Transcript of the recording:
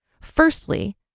Firstly